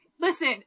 Listen